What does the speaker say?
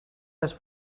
best